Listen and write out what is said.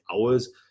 hours